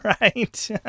right